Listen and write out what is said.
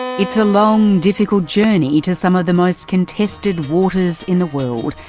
it's a long difficult journey to some of the most contested waters in the world,